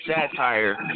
satire